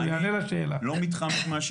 אני בונה את התשובה, אני לא מתחמק מהשאלה.